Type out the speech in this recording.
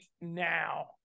now